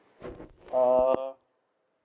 uh